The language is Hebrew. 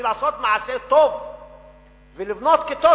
בשביל לעשות מעשה טוב ולבנות כיתות,